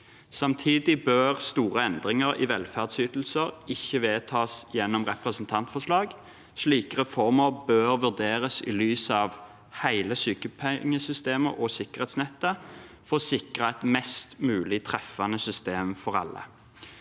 Samtidig bør store endringer i velferdsytelser ikke vedtas gjennom representantforslag. Slik reformer bør vurderes i lys av hele sykepengesystemet og sikkerhetsnettet for å sikre et mest mulig treffende system for alle.